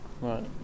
Right